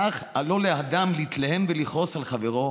כך אל לו לאדם להתלהם ולכעוס על חבריו